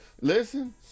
Listen